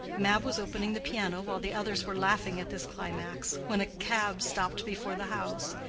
mab was opening the piano while the others were laughing at this climax, when a cab stopped before the house,